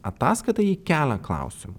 ataskaita ji kelia klausimų